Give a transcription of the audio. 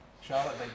Charlotte